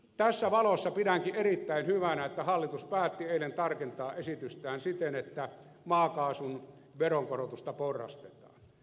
tässä valossa pidänkin erittäin hyvänä että hallitus päätti eilen tarkentaa esitystään siten että maakaasun veronkorotusta porrastetaan